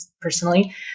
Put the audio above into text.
personally